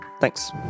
thanks